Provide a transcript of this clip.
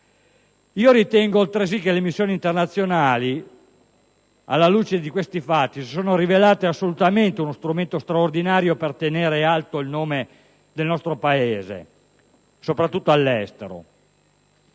militari. Peraltro, le missioni internazionali, alla luce di questi fatti, si sono rivelate uno strumento assolutamente straordinario per tenere alto il nome del nostro Paese soprattutto all'estero